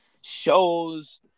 shows